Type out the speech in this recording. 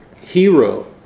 hero